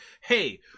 hey